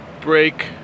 break